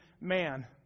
man